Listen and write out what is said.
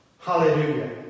Hallelujah